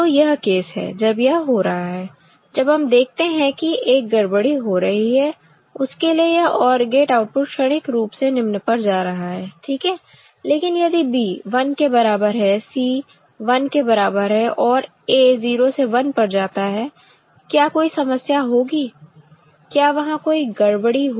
तो यह केस है जब यह हो रहा है जब हम देखते हैं कि एक गड़बड़ी हो रही है उसके लिए यह OR गेट आउटपुट क्षणिक रूप से निम्न पर जा रहा है ठीक है लेकिन यदि B 1 के बराबर है C 1 के बराबर है और A 0 से 1 पर जाता है क्या कोई समस्या होगी क्या वहां कोई गड़बड़ी होगी